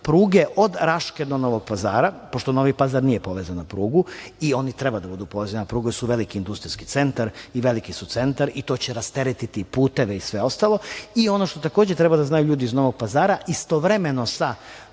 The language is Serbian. pruge od Raške do Novog Pazara, pošto Novi Pazar nije povezan na prugu i oni treba da budu povezani na prugu, jer su veliki industrijski centar i veliki su centar i to će rasteretiti puteve i sve ostalo. Ono što takođe treba da znaju ljudi iz Novog Pazara, istovremeno sa